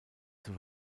zur